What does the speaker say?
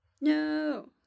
No